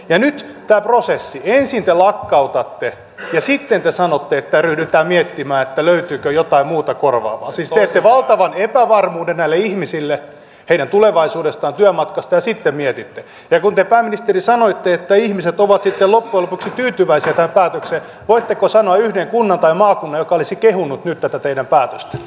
en edes prosessi esitelakkautatte ja sitten te sanotte että ryhdytään miettimään löytyykö jotain muuta korvaavaa siis teki valtavan epävarmuuden näille ihmisille heidän tulevaisuudestaan ja matkustaa sitten mietitty ja tunteva ministeri sanoitte että ihmiset ovat yhtä loppuluvut kehittyväiseltä päätökseen voitteko sanoa yhden kunnan tai maakunnan joka olisi kehunut tätä tehdä päätöstä